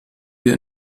wir